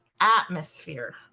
atmosphere